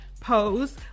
Pose